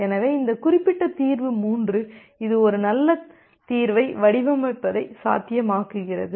எனவே இந்த குறிப்பிட்ட தீர்வு 3 இது ஒரு நல்ல தீர்வை வடிவமைப்பதை சாத்தியமாக்குகிறது